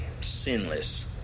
sinless